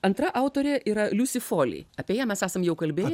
antra autorė yra liusi folei apie ją mes esam jau kalbėję